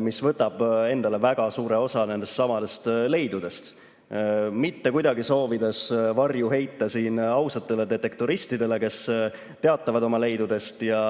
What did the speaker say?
mis võtab endale väga suure osa nendestsamadest leidudest. Mitte soovides kuidagi varju heita ausatele detektoristidele, kes teatavad oma leidudest ja